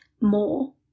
more